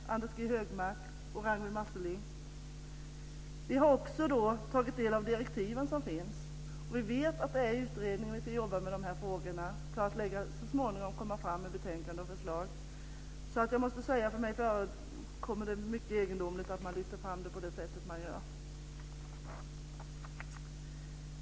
Vi har också tagit del av direktiven som finns, och vi vet att det är i utredningen vi ska jobba med dessa frågor för att så småningom komma fram med betänkande och förslag. Jag måste säga att det förefaller mig mycket egendomligt att man lyfter fram det på det sätt man gör.